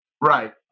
Right